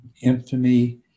infamy